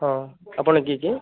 ହଁ ଆପଣ କିଏ କିଏ